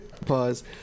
pause